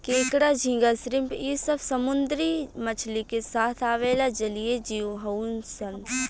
केकड़ा, झींगा, श्रिम्प इ सब समुंद्री मछली के साथ आवेला जलीय जिव हउन सन